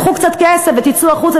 קחו קצת כסף ותצאו החוצה,